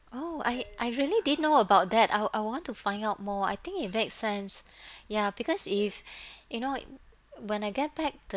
oh I I really didn't know about that I'll I would want to find out more I think it make sense ya because if you know when I get back the